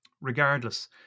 Regardless